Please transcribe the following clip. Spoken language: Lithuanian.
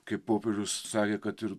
kaip popiežius sakė kad ir